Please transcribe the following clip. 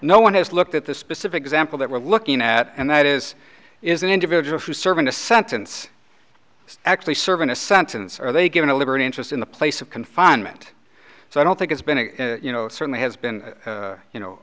no one has looked at the specific example that we're looking at and that is is an individual who's serving a sentence is actually serving a sentence are they given a liberty interest in the place of confinement so i don't think it's been you know certainly has been you know